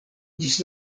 ĝis